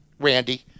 randy